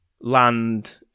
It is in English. land